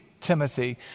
Timothy